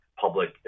public